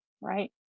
right